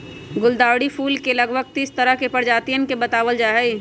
गुलदावरी फूल के लगभग तीस तरह के प्रजातियन के बतलावल जाहई